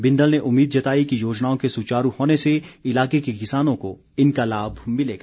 बिंदल ने उम्मीद जताई कि योजनाओं के सुचारू होने से इलाके के किसानों को इनका लाभ मिलेगा